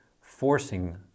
forcing